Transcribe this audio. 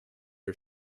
her